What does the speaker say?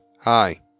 hi